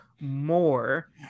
more